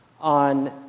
on